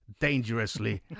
Dangerously